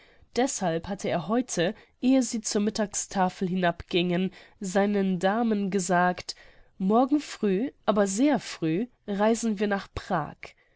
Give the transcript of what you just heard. deßhalb hatte er heute ehe sie zur mittagstafel hinabgingen seinen damen gesagt morgen früh aber sehr früh reisen wir nach prag